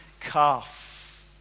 calf